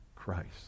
christ